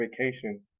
vacation